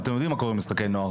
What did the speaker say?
אתם יודעים מה קורה במשחקי נוער.